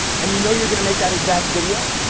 and you know you're gonna make that exact video,